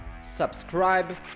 subscribe